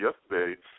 yesterday